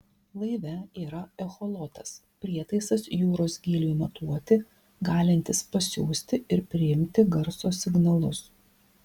laive yra echolotas prietaisas jūros gyliui matuoti galintis pasiųsti ir priimti garso signalus